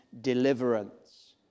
deliverance